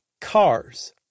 Cars